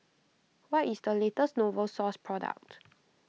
what is the latest Novosource product